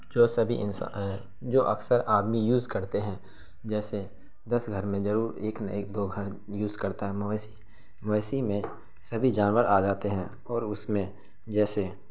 جو سبھی انساں جو اکثر آدمی یوز کرتے ہیں جیسے دس گھر میں ضرور ایک نہ ایک دو گھر یوز کرتا ہے مویشی مویشی میں سبھی جانور آ جاتے ہیں اور اس میں جیسے